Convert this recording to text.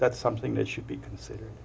that's something that should be considered